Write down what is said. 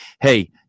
hey